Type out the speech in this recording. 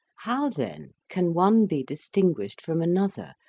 how then can one be distinguished from another,